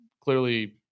clearly